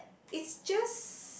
it's just